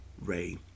Ray